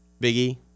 Biggie